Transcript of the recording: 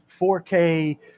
4K